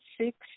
six